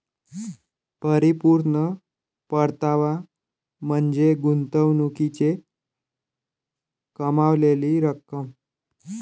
परिपूर्ण परतावा म्हणजे गुंतवणुकीने कमावलेली रक्कम